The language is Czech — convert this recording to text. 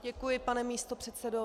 Děkuji, pane místopředsedo.